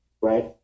right